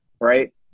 Right